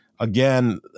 Again